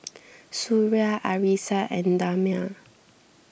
Suria Arissa and Damia